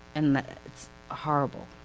and that's horrible.